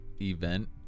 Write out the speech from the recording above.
event